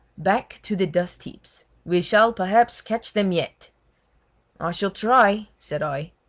back to the dust heaps. we shall, perhaps, catch them yet i shall try said i.